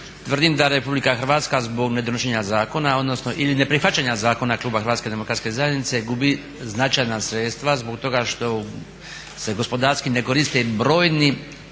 Tvrdim da Republika Hrvatska zbog nedonošenja zakona odnosno ili ne prihvaćanja zakona kluba Hrvatske demokratske zajednice gubi značajna sredstva zbog toga što se gospodarski ne koriste brojni